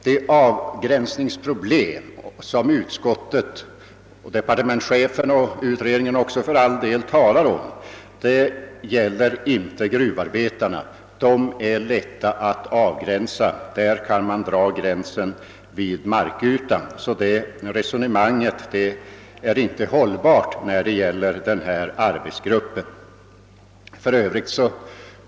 De avgräns ningsproblem som utskottet — departementschefen och utredningen också för all del — talat om gäller inte en grupp som gruvarbetarna. Man kan för deras del dra gränsen vid arbete under markytan. Det resonemanget är alltså inte hållbart när det gäller denna grupp.